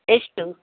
ಎಷ್ಟು